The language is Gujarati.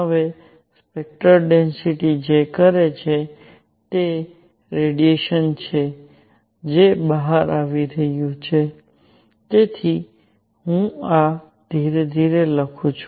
હવે સ્પેક્ટરલ ડેન્સિટિ જે કરે છે તે તે રેડિયેશન છે જે બહાર આવી રહ્યું છે તેથી હું આ ધીરે ધીરે લખું છું